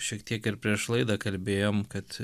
šiek tiek ir prieš laidą kalbėjom kad